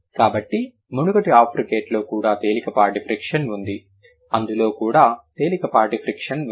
కాబట్టి మునుపటి అఫ్రికేట్లో కూడా తేలికపాటి ఫ్రిక్షన్ ఉంది ఇందులో కూడా తేలికపాటి ఫ్రిక్షన్ ఉంది